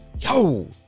yo